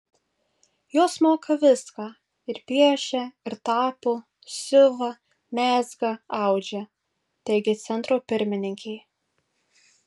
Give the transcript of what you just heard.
jos moka viską ir piešia ir tapo siuva mezga audžia teigė centro pirmininkė